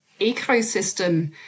ecosystem